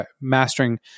mastering